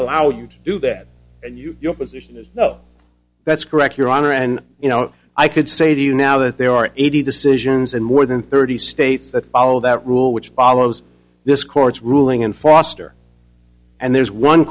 allowed you to do that and you your position is no that's correct your honor and you know i could say to you now that there are eighty decisions in more than thirty states that follow that rule which follows this court's ruling in foster and there's one